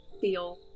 feel